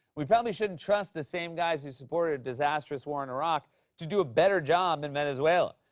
we probably shouldn't trust the same guys who supported a disastrous war in iraq to do a better job in venezuela.